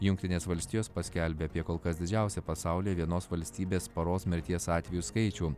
jungtinės valstijos paskelbė apie kol kas didžiausią pasaulyje vienos valstybės paros mirties atvejų skaičių